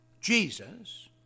Jesus